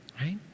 right